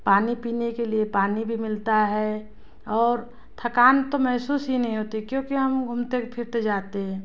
पानी पीने के लिए पानी भी मिलता है और थकान तो महसूस ही नहीं होती क्योंकि हम घूमते फिरते जाते हैं